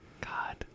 God